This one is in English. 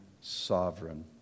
sovereign